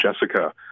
Jessica